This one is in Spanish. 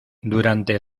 durante